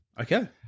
Okay